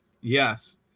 yes